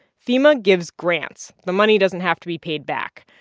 fema gives grants. the money doesn't have to be paid back.